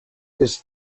this